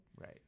Right